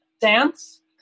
dance